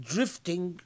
Drifting